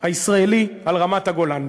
הישראלי על רמת-הגולן.